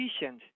efficient